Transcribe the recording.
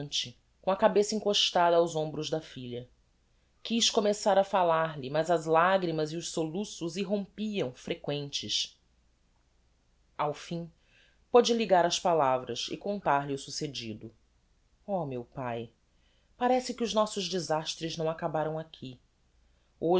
offegante com a cabeça encostada aos hombros da filha quiz começar a fallar-lhe mas as lagrimas e os soluços irrompiam frequentes alfim pode ligar as palavras e contar-lhe o succedido oh meu pae parece que os nossos desastres não acabaram aqui hoje